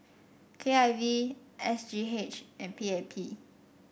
K I V S G H and P A P